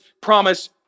promise